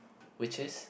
which is